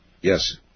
Yes